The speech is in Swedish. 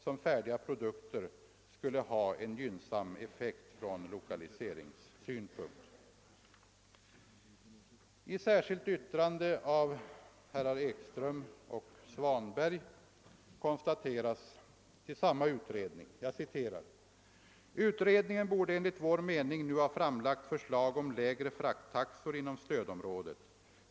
som färdiga produkter skulle ha en gynnsam effekt från lokaliseringssynpunkt.> I ett särskilt yttrande till samma betänkande skriver herrar Ekström och Svanberg: »Utredningen borde enligt vår mening nu ha framlagt förslag om lägre frakttaxor inom stödområdet.